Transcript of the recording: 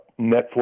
Netflix